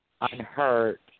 unhurt